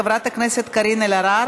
לפרוטוקול, חבר הכנסת רוברט טיבייב,